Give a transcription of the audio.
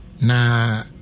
now